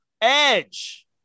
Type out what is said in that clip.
Edge